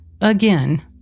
Again